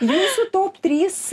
jūsų top trys